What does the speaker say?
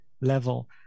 level